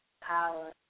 power